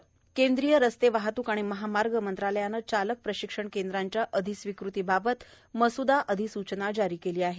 मसुदा अधिसूचना केंद्रीय रस्ते वाहतूक आणि महामार्ग मंत्रालयानं चालक प्रशिक्षण केंद्रांच्या अधिस्वीकृतीबाबत मस्दा अधिसूचना जारी केली आहे